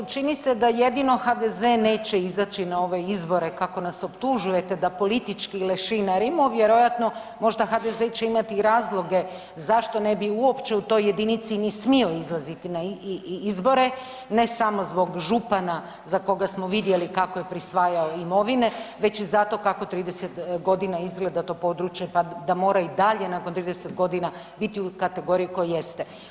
g. Boriću čini se da jedino HDZ neće izaći na ove izbore kako nas optužujete da politički lešinarimo, vjerojatno možda HDZ će imati i razloge zašto ne bi uopće u toj jedinici ni smio izlaziti na izbore, ne samo zbog župana za koga smo vidjeli kako je prisvajao imovine, već i zato kako 30 godina izgleda to područje pa da mora i dalje nakon 30 godina biti u kategoriji u kojoj jeste.